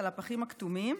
על הפחים הכתומים.